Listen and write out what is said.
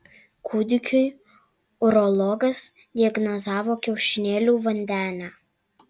kūdikiui urologas diagnozavo kiaušinėlių vandenę